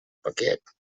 paquet